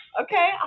Okay